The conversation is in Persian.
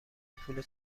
پول